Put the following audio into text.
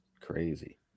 Crazy